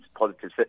positive